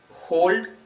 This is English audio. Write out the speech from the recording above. hold